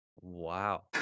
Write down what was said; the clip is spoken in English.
Wow